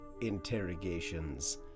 interrogations